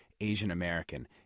Asian-American